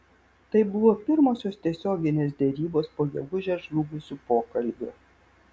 tai buvo pirmosios tiesioginės derybos po gegužę žlugusių pokalbių